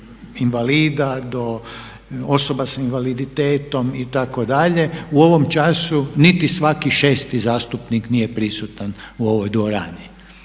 invalida, do osoba sa invaliditetom itd. u ovom času niti svaki šesti zastupnik nije prisutan u ovoj dvorani.